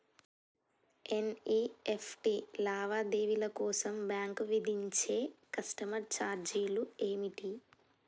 NEFT లావాదేవీల కోసం bank విధించే కస్టమర్ ఛార్జీలు ఏమిటి?